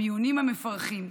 המיונים המפרכים.